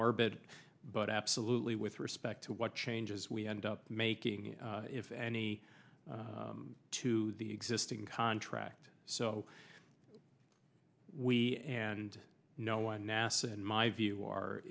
morbid but absolutely with respect to what changes we end up making if any to the existing contract so we and no one nasa in my view are